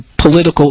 political